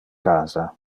casa